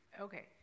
Okay